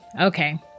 okay